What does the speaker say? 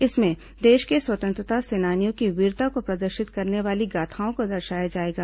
इसमें देश के स्वतंत्रता सेनानियों की वीरता को प्रदर्शित करने वाली गाथाओं को दर्शाया जाएगा